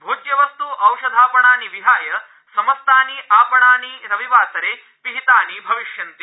भोज्यवस्त् औषधापणानि विहाय समस्तानि आपणानि पिहितानि भविष्यन्ति